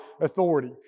authority